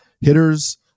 hitters